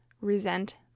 resent